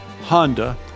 Honda